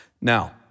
Now